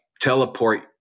teleport